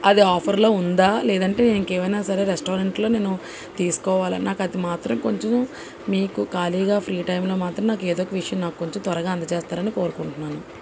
అది ఆఫర్లో ఉందా లేదంటే ఇంకేమైనా సరే రెస్టారెంట్లో నేను తీసుకోవాలన్న నాకు అది మాత్రం కొంచెము మీకు ఖాళీగా ఫ్రీ టైంలో మాత్రం నాకు ఏదో ఒక విషయం నాకు కొంచెం త్వరగా అందచేస్తారని కోరుకుంటున్నాను